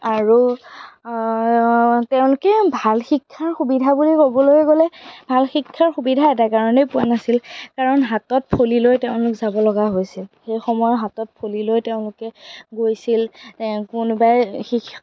আৰু তেওঁলোকে ভাল শিক্ষাৰ সুবিধা বুলি ক'বলৈ গ'লে ভাল শিক্ষাৰ সুবিধা এটা কাৰণেই পোৱা নাছিল কাৰণ হাতত ফলি লৈ তেওঁলোক যাবলগা হৈছিল সেই সময়ত হাতত ফলি লৈ তেওঁলোকে গৈছিল কোনোবাই সেই